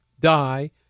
die